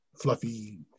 fluffy